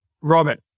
Robert